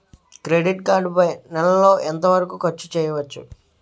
Credit card పై నెల లో ఎంత వరకూ ఖర్చు చేయవచ్చు?